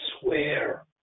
swear